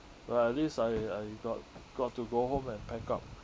but at least I I got got to go home and pack up